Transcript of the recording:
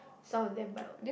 some of them but i'll